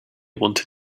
wanted